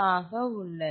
ஆக உள்ளது